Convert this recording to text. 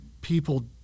people